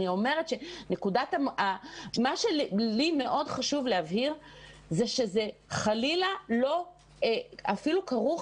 לי מאוד חשוב להבהיר זה שזה חלילה לא אפילו כרוך